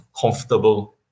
comfortable